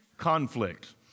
Conflict